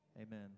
Amen